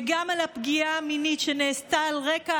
וגם על הפגיעה המינית שנעשתה על רקע